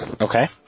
Okay